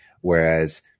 whereas